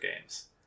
games